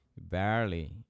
barely